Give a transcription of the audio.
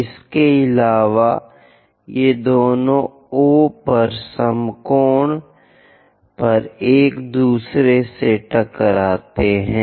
इसके अलावा ये दोनों O पर समकोण पर एक दूसरे से टकराते हैं